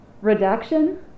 Redaction